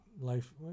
life